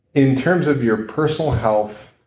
in terms of your personal health